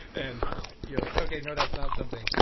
and you know like okay, no, that's not something.